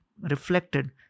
reflected